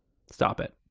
stop it.